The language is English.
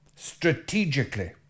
Strategically